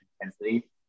intensity